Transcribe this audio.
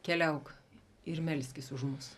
keliauk ir melskis už mus